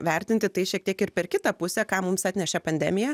vertinti tai šiek tiek ir per kitą pusę ką mums atnešė pandemija